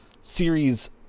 series